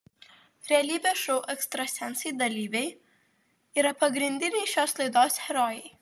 realybės šou ekstrasensai dalyviai yra pagrindiniai šios laidos herojai